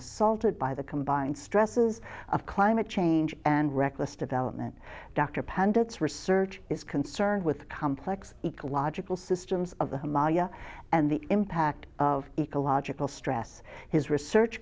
assaulted by the combined stresses of climate change and reckless development dr pundit's research is concerned with complex ecological systems of amalia and the impact of ecological stress his research